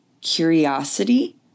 curiosity